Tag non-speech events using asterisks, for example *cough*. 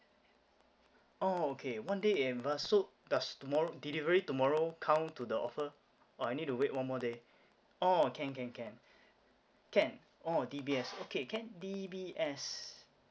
oh okay one day in advance so does tomorrow delivery tomorrow count to the offer or I need to wait one more day ah can can can *breath* can oh D_B_S okay can D_B_S